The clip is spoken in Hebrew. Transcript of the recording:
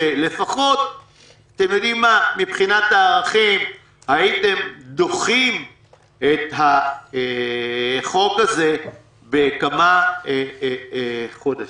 שלפחות מבחינת הערכים הייתם דוחים את החוק הזה בכמה חודשים.